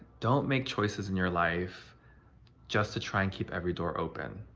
don't make choices in your life just to try and keep every door open.